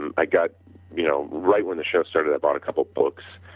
and i got you know right when the show started i bought a couple of books.